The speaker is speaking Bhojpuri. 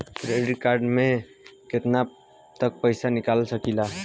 क्रेडिट कार्ड से केतना तक पइसा निकाल सकिले?